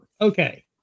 Okay